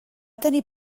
tenir